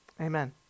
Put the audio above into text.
amen